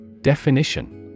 Definition